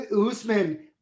Usman –